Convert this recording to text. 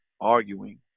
arguing